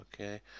Okay